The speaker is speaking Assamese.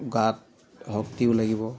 গাত শক্তিও লাগিব